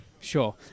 Sure